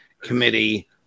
committee